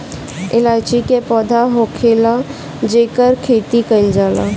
इलायची के पौधा होखेला जेकर खेती कईल जाला